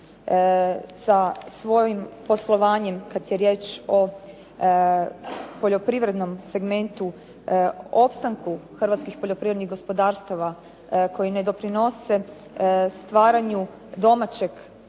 sa svojim poslovanjem kada je riječ o poljoprivrednom segmentu opstanku hrvatskih poljoprivrednih gospodarstava koji ne doprinose stvaranju domaćeg